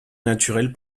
naturel